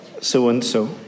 so-and-so